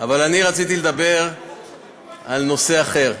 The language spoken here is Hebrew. אבל אני רציתי לדבר על נושא אחר.